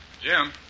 Jim